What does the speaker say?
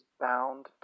bound